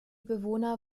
bewohner